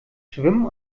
schwimmen